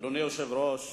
אדוני היושב-ראש,